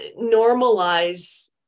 normalize